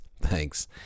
Thanks